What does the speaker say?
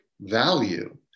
value